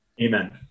Amen